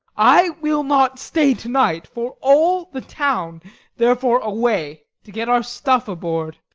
i will not stay to-night for all the town therefore away, to get our stuff aboard.